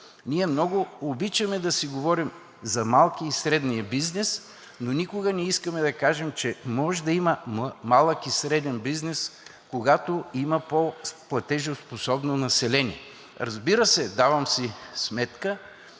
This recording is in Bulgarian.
Много обичаме да си говорим за малкия и средния бизнес, но никога не искаме да кажем, че може да има малък и среден бизнес, когато има по-платежоспособно население. Разбира се, давам си сметка,